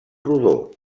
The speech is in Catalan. rodó